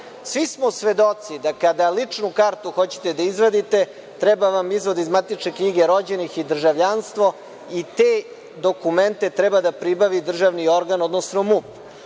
smo svedoci da kada ličnu kartu hoćete da izvadite treba vam izvod iz matične knjige rođenih i državljanstvo i te dokumente treba da pribavi državni organ, odnosno MUP.